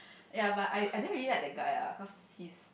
ya but I I don't really like the guy lah cause he's